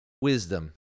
wisdom